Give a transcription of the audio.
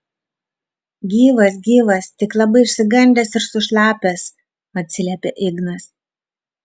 gyvas gyvas tik labai išsigandęs ir sušlapęs atsiliepia ignas